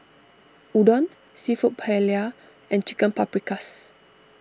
Udon Seafood Paella and Chicken Paprikas